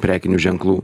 prekinių ženklų